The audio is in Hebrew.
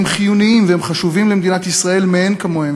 חיוניים וחשובים למדינת ישראל מאין כמוהם,